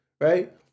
right